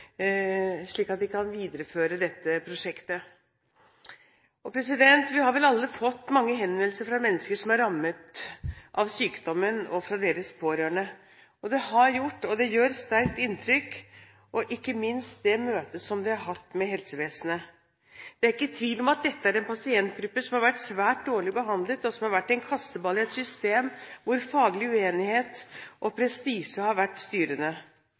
slik at vi kan videreføre dette prosjektet. Vi har vel alle fått mange henvendelser fra mennesker som er rammet av sykdommen, og fra deres pårørende. Det har gjort, og det gjør, sterkt inntrykk, ikke minst det møtet de har hatt med helsevesenet. Det er ikke tvil om at dette er en pasientgruppe som har vært svært dårlig behandlet, og som har vært en kasteball i et system hvor faglig uenighet og prestisje har vært styrende.